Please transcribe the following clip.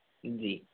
जी